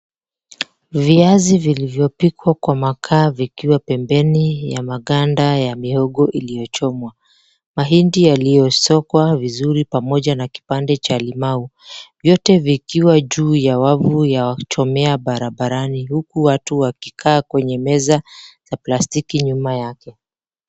Viazi vilivyopikwa kwa makaa vikiwa pembeni ya maganda ya mihogo iliyochomwa. Mahindi yaliyosokwa vizuri pamoja na kipande cha limau, vyote vikiwa juu ya wavu ya kuchomea barabarani huku watu wakikaa kwenye meza za plastiki nyuma yake.